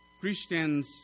Christians